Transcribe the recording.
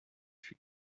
fut